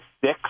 six